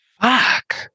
Fuck